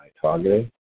targeting